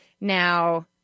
now